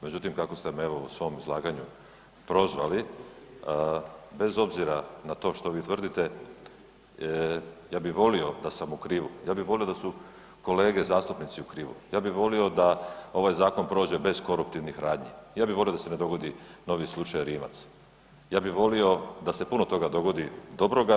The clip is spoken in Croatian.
Međutim, kako ste me evo u svom izlaganju prozvali, bez obzira na to što vi tvrdite ja bi volio da sam u krivu, ja bi volio da su kolege zastupnici u krivu, ja bi volio da ovaj zakon prođe bez koruptivnih radnji, ja bi volio da se ne dogodi novi slučaj Rimac, ja bi volio da se puno toga dogodi dobroga.